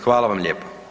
Hvala vam lijepo.